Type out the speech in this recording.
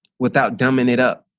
without dumbing it up.